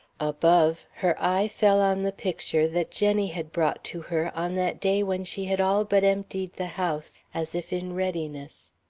above, her eye fell on the picture that jenny had brought to her on that day when she had all but emptied the house, as if in readiness.